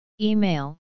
Email